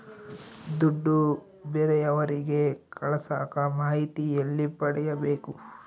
ದುಡ್ಡು ಬೇರೆಯವರಿಗೆ ಕಳಸಾಕ ಮಾಹಿತಿ ಎಲ್ಲಿ ಪಡೆಯಬೇಕು?